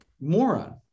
moron